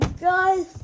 guys